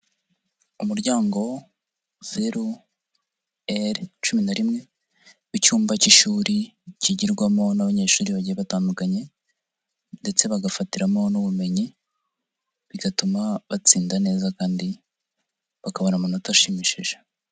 Umuryango zeru R cumi na rimwe w'icyumba cy'ishuri kigirwamo n'abanyeshuri bagiye batandukanye ndetse bagafatiramo n'ubumenyi, bigatuma batsinda neza kandi bakabona amanota ashimishije.